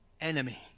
enemy